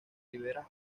riberas